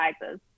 sizes